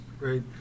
Right